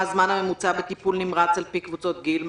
הזמן הממוצע בטיפול נמרץ על פי קבוצות גיל?